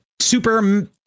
super